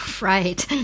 Right